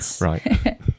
Right